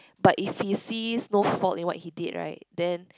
but if he sees no fault in what he did right then